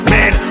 Man